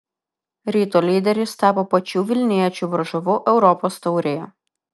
ryto lyderis tapo pačių vilniečių varžovu europos taurėje